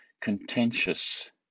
contentious